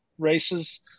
races